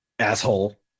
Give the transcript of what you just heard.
asshole